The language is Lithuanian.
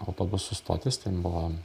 autobusų stotis ten buvo